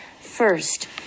First